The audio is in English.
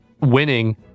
winning